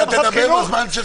אתה תדבר בזמן שלך.